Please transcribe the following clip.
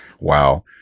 Wow